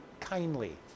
kindly